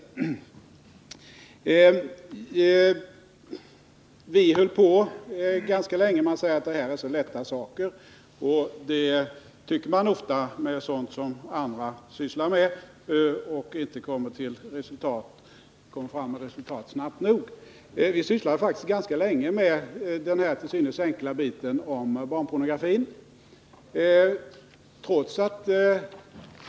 Det sägs att det måste vara lätt att ta ställning mot barnpornografi. Så säger man f. ö. ofta om sådant som andra sysslar med, särskilt när det inte blir resultat snabbt nog. Vi ägnade faktiskt ganska lång tid åt denna till synes enkla fråga om barnpornografi.